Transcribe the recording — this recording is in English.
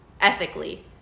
Ethically